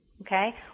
Okay